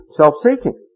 self-seeking